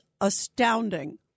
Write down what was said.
astounding